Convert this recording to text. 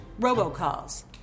robocalls